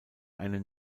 einen